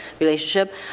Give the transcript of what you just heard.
relationship